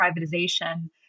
privatization